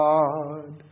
God